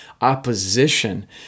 opposition